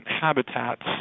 habitats